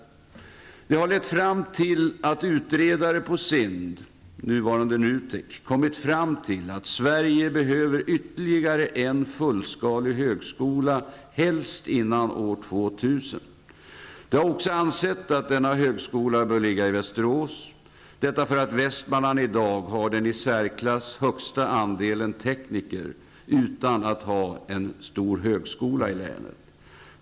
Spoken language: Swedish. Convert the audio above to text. Detta har lett fram till att utredare på SIND, nuvarande NUTEK, kommit fram till att Sverige behöver ytterligare en fullskalig högskola helst innan år 2000. De har också ansett att denna högskola bör ligga i Västerås. Det är för att Västmanland i dag har den i särklass högsta andelen tekniker utan att ha en stor högskola i länet.